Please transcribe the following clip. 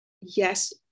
yes